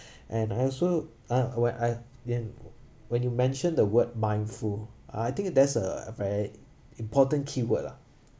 and I also ah where I then when you mentioned the word mindful ah I think there's a very important keyword lah